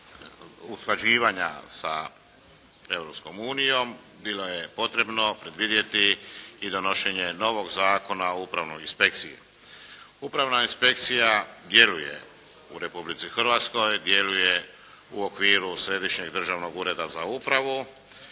unijom bilo je potrebno predvidjeti i donošenje novog Zakona o upravnoj inspekciji. Upravna inspekcija vjeruje u Republici Hrvatskoj, vjeruje u okviru Središnjeg državnog ureda za upravu